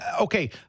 okay